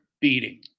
beating